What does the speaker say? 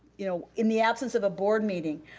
you know in the absence of a board meeting,